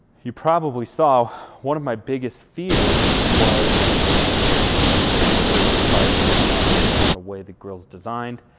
you probably saw one of my biggest fears was the potential for grease fires in this guy and based on way the grill is designed,